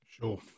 Sure